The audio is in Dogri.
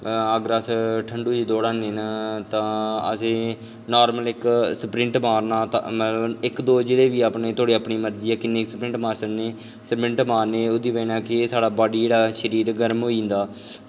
अगर अस ठंडू च दौड़ाने न तां असेंगी नार्मल इक सप्रिंट मारना इक दो जेह्ड़े बी तोआढ़े अपनी मर्जी ऐ किन्नी सप्रिंट मारी सकने सप्रिंट मारने कि ओह्दी बजह् नै साढ़ी बाडी जेह्ड़ा शरीर गर्म होई जंदा